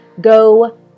go